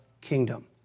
kingdom